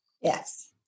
Yes